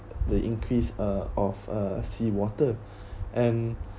the increased uh of uh seawater and